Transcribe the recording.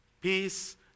Peace